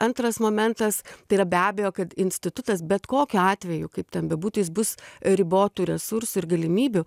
antras momentas tai yra be abejo kad institutas bet kokiu atveju kaip ten bebūtų jis bus ribotų resursų ir galimybių